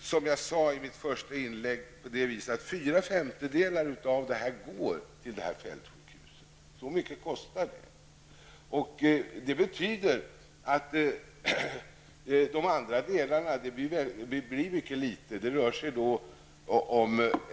Som jag sade i mitt första inlägg går fyra femtedelar av biståndet till fältsjukhuset. Så mycket kostar det.